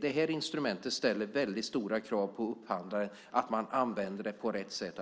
Detta instrument ställer väldigt stora krav på upphandlaren att använda det på rätt sätt.